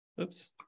Oops